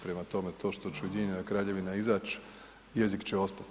Prema tome, to što će Ujedinjena Kraljevina izać, jezik će ostat.